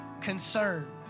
concern